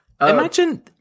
Imagine